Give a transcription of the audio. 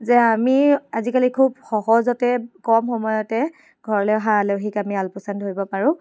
যে আমি আজিকালি খুব সহজতে কম সময়তে ঘৰলৈ অহা আলহীক আমি আল পৈচান ধৰিব পাৰোঁ